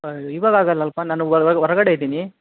ಇವಾಗ ಆಗಲ್ಲಲ್ಲಪ್ಪ ನಾನು ಹೊರಗಡೆ ಇದ್ದೀನಿ